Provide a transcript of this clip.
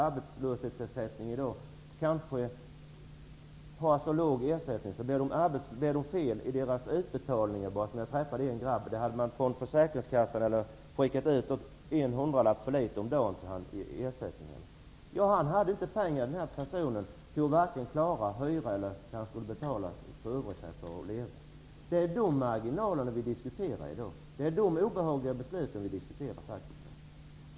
Arbetslösa ungdomar kan ha en så låg ersättning att om det blir något fel i utbetalningarna, drabbas de mycket hårt. Jag har träffat en grabb. I hans fall hade försäkringskassan utbetalat en hundralapp för litet om dagen. Han kunde då varken klara hyra eller övriga levnadsomkostnader. Det är dessa marginaler och obehagliga beslut som vi i dag diskuterar.